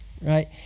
right